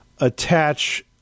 attach